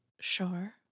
Sure